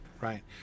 Right